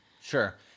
Sure